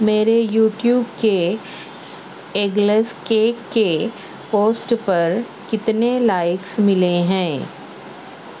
میرے یوٹیوب کے eggless cake کے پوسٹ پر کتنے لائکس ملے ہیں